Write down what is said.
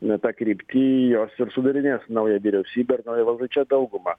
ne tą kryptį jos ir sudarinės naują vyriausybę valdančią daugumą